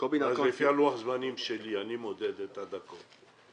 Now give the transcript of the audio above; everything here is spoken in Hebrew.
לפי לוח הזמנים שלי, אני מודד את הדקות.